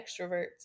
extroverts